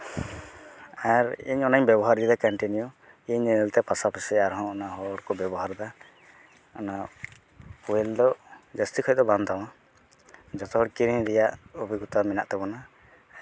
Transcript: ᱟᱨ ᱤᱧ ᱚᱱᱟᱧ ᱵᱮᱵᱚᱦᱟᱨ ᱮᱫᱟ ᱠᱚᱱᱴᱤᱱᱤᱭᱩ ᱤᱧ ᱧᱮᱞᱛᱮ ᱯᱟᱥᱟ ᱯᱟᱥᱤ ᱟᱨᱦᱚᱸ ᱦᱚᱲᱠᱚ ᱵᱮᱵᱚᱦᱟᱨ ᱮᱫᱟ ᱚᱱᱟ ᱳᱭᱮᱞ ᱫᱚ ᱡᱟᱹᱥᱛᱤ ᱠᱟᱭ ᱫᱚ ᱵᱟᱝ ᱫᱟᱢᱼᱟ ᱡᱚᱛᱚᱦᱚᱲ ᱠᱤᱨᱤᱧ ᱨᱮᱭᱟᱜ ᱚᱵᱷᱤᱜᱚᱛᱟ ᱢᱮᱱᱟᱜ ᱛᱟᱵᱚᱱᱟ